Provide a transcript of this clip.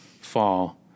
fall